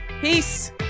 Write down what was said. Peace